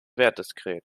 wertdiskret